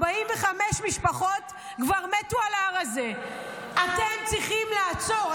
45 משפחות כבר מתו על ההר הזה, אתם צריכים לעצור.